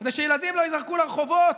כדי שילדים לא ייזרקו לרחובות,